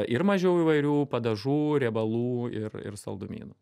ir mažiau įvairių padažų riebalų ir ir saldumynų